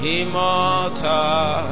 Immortal